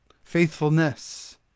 faithfulness